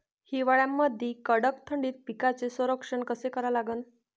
हिवाळ्यामंदी कडक थंडीत पिकाचे संरक्षण कसे करा लागन?